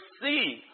see